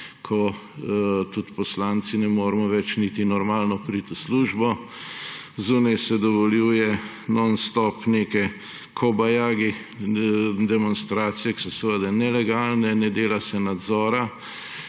ko tudi poslanci ne moremo več niti normalno priti v službo, zunaj se dovoljuje nonstop neke kobajagi demonstracije, ki so seveda nelegalne, ne dela se nadzora.